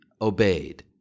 obeyed